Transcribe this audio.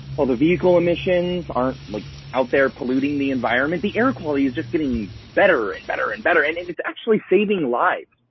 all the vehicle emissions aren't like out there polluting the environment. the air quality is just getting better and better and better and it's actually saving lives.